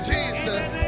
Jesus